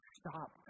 stop